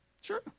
Sure